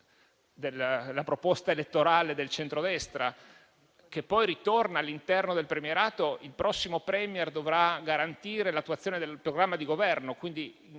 della proposta elettorale del centrodestra che poi ritorna all'interno del premierato laddove il prossimo *Premier* dovrà garantire l'attuazione del programma di Governo.